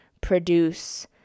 produce